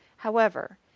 however,